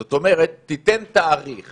זאת אומרת, תיתן תאריך